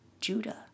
Judah